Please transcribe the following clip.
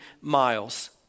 miles